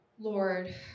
Lord